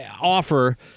offer